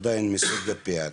עדיין מסוג אופיאטי,